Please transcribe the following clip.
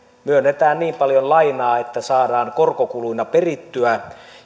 myönnetään niin paljon lainaa että voitot saadaan korkokuluina perittyä